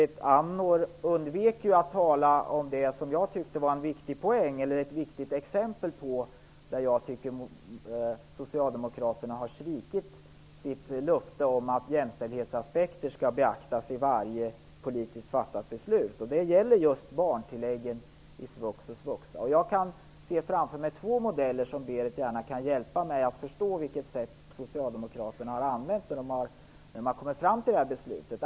Berit Andnor undvek att tala om det som jag tycker är ett viktigt exempel på att Socialdemokraterna har svikit sitt löfte om att jämställdhetsaspekter skall beaktas i varje politiskt fattat beslut. Det gäller då just barntilläggen i svux och svuxa. Jag kan se framför mig två modeller där Berit Andnor gärna kan få hjälpa mig, så att jag förstår vilken modell Socialdemokraterna använt för att komma fram till det här beslutet.